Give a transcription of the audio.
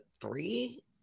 three